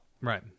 Right